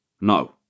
No